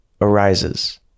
arises